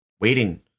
waiting